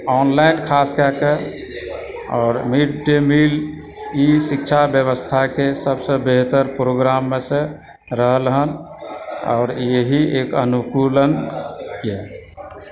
online खास कएकऽ आओर मिडडे मील ई शिक्षा व्यवस्थाके सभसँ बेहतर प्रोग्राममेसँ रहल हँ आओर यही एक अनुकूलनए